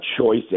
choice